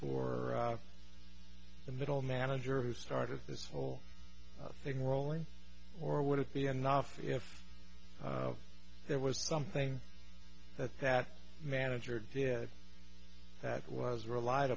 for the middle manager who started this whole thing rolling or would it be a novice if there was something that that manager did that was relied